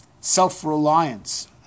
self-reliance